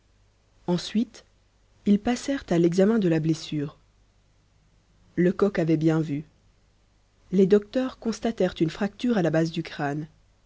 ensuite ils passèrent à l'examen de la blessure lecoq avait bien vu les docteurs constatèrent une fracture à la base du crâne